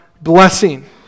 blessing